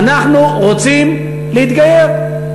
אנחנו רוצים להתגייר.